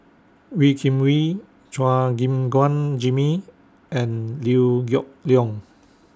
Wee Kim Wee Chua Gim Guan Jimmy and Liew Geok Leong